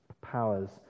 powers